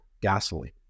gasoline